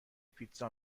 پیتزا